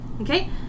Okay